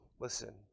Listen